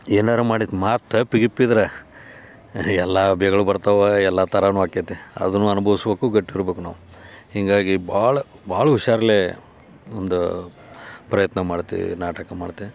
ಏನಾರೂ ಮಾಡಿ ಮಾತು ತಪ್ಪು ಗಿಪ್ಪು ಇದ್ರೆ ಎಲ್ಲ ಅಬ್ಬೆಗಳು ಬರ್ತಾವೆ ಎಲ್ಲ ಥರನೂ ಅಕೈತೆ ಅದನ್ನು ಅನುಭವ್ಸ್ಬೇಕು ಗಟ್ಟಿ ಇರ್ಬೇಕು ನಾವು ಹೀಗಾಗಿ ಭಾಳ ಭಾಳ ಹುಷಾರ್ಲೆ ಒಂದು ಪ್ರಯತ್ನ ಮಾಡ್ತೀವಿ ನಾಟಕ ಮಾಡ್ತೆ